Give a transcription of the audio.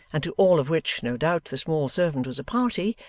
and to all of which, no doubt, the small servant was a party,